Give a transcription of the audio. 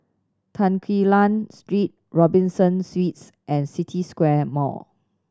Tan Quee Lan Street Robinson Suites and City Square Mall